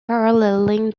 paralleling